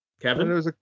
Kevin